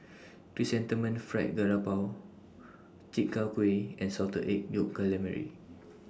Chrysanthemum Fried Garoupa Chi Kak Kuih and Salted Egg Yolk Calamari